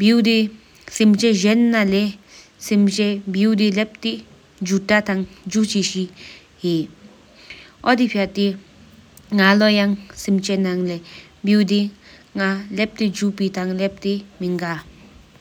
དེ་ར་མང་ན་མི་འོ་འགྱུ་ཡ་ན་ སེམས་ཆག་ན་ལེས་ སེམས་ཆེམ་ཆེ་འོ་ཆོས་ མི་ང་ཅི།